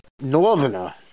northerner